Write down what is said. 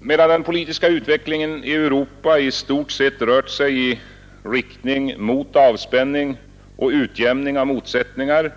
Medan den politiska utvecklingen i Europa i stort sett har rört sig i riktning mot avspänning och utjämning av motsättningar